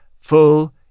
full